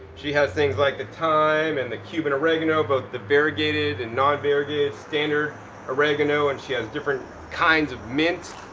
she has things like the thyme and the cuban oregano, both the variegated and non variegated standard oregano, and she has different kinds of mints.